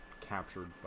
captured